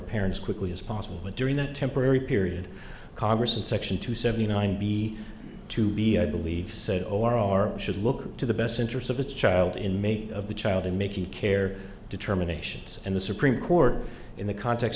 parent's quickly as possible but during that temporary period congress and section two seventy nine b two b i believe said o r r should look to the best interests of the child in may of the child to make care determinations and the supreme court in the context